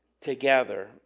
together